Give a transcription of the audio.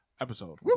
episode